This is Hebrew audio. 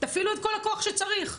תפעילו את כל הכוח שצריך.